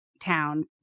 town